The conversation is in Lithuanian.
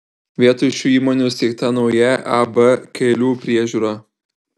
vietoj šių įmonių įsteigta nauja ab kelių priežiūra